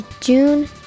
June